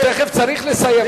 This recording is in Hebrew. הוא תיכף צריך לסיים.